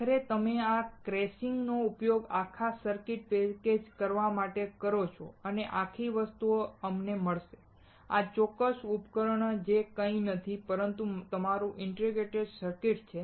આખરે તમે આ કેસીંગ નો ઉપયોગ આખા સર્કિટને પેકેજ કરવા માટે કરો છો અને આ આખી વસ્તુ અમને મળશે આ ચોક્કસ ઉપકરણ જે કંઈ નથી પરંતુ તમારું ઇન્ટિગ્રેટેડ સર્કિટ છે